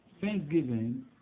thanksgiving